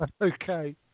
Okay